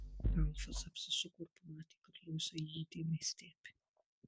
ralfas apsisuko ir pamatė kad luiza jį įdėmiai stebi